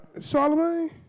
Charlemagne